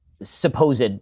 supposed